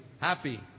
happy